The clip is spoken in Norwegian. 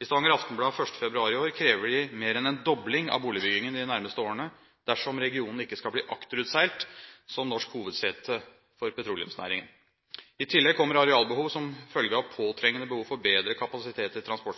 I Stavanger Aftenblad 1. februar i år krever de mer enn en dobling av boligbyggingen de nærmeste årene dersom regionen ikke skal bli akterutseilt som norsk hovedsete for petroleumsnæringen. I tillegg kommer arealbehov som følge av påtrengende behov for bedre kapasitet i